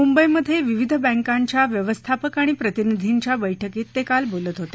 मुंबईमध्ये विविध बँकांच्या व्यवस्थापक आणि प्रतिनिधींच्या बैठकीत ते काल बोलत होते